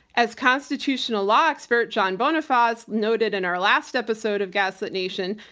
as constitutional law expert john bonifaz noted in our last episode of gaslit nation,